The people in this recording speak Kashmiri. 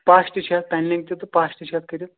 پش تہِ چھُ اَتھ پینلِنٛگ تہِ تہٕ پَش تہِ چھُ اَتھ کٔرِتھ